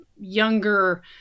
younger